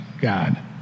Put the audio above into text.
God